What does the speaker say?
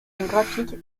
graphique